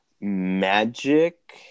Magic